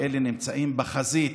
והם נמצאים בחזית